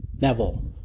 Neville